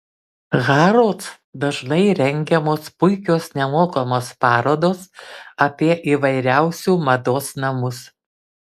harrods dažnai rengiamos puikios nemokamos parodos apie įvairiausiu mados namus